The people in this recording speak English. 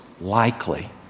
likely